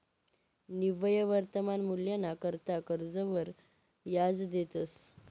निव्वय वर्तमान मूल्यना करता कर्जवर याज देतंस